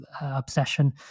Obsession